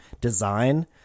design